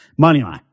moneyline